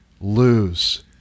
lose